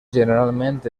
generalment